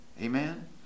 Amen